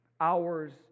Hours